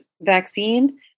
vaccine